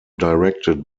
directed